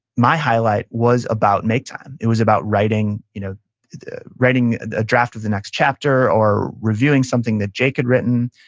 my highlight was about make time. it was about writing you know writing a draft of the next chapter, or reviewing something that jake had written,